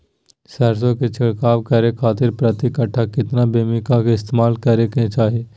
सरसों के छिड़काव करे खातिर प्रति कट्ठा कितना केमिकल का इस्तेमाल करे के चाही?